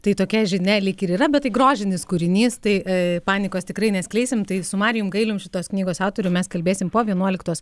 tai tokia žinia lyg ir yra bet tai grožinis kūrinys tai panikos tikrai neskleisim tai su marijum gailium šitos knygos autoriu mes kalbėsim po vienuoliktos